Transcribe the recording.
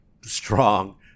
strong